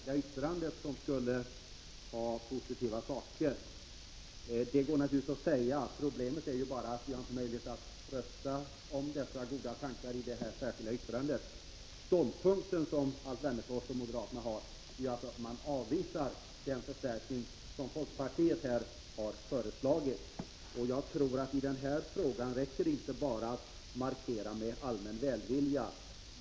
Fru talman! Det känns ändå hugnesamt att Alf Wennerfors ställer upp till försvar för den här ståndpunkten och hänvisar till moderaternas särskilda yttrande, som enligt honom har ett positivt innehåll. Det kan han naturligtvis hävda. Problemet är bara att vi inte har någon möjlighet att rösta om de positiva synpunkter som framförs i det särskilda yttrandet. Den ståndpunkt som Alf Wennerfors och övriga moderater intar är ju att ni avvisar den förstärkning som folkpartiet har föreslagit. I denna fråga räcker det inte att markera med allmän välvilja.